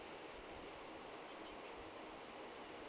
ah